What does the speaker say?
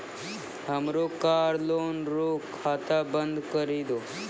हमरो car loan रो खाता बंद करी दहो